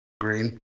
Green